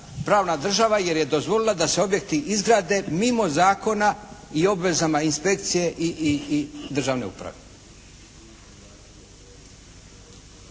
pravna država jer je dozvolila da se objekti izgrade mimo zakona i obvezama inspekcije i državne uprave.